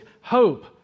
hope